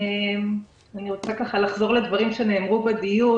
אני רוצה לחזור לדברים שנאמרו בדיון,